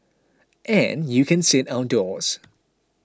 and you can sit outdoors